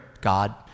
God